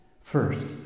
first